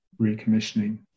recommissioning